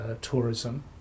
tourism